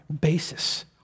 basis